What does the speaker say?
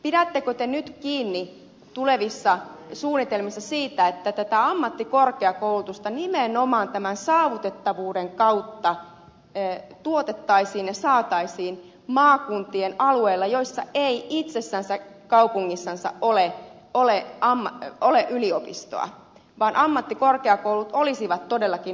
pidättekö te nyt kiinni tulevissa suunnitelmissa siitä että tätä ammattikorkeakoulutusta nimenomaan tämän saavutettavuuden kautta tuotettaisiin ja saataisiin maakuntien alueilla joissa ei itsessänsä kaupungissansa ole yliopistoa jolloin ammattikorkeakoulut olisivat todellakin alueellisia